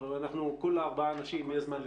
אנחנו ארבעה אנשים, יהיה זמן לכולם.